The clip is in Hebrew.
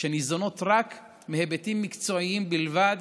וניזונות מהיבטים מקצועיים בלבד.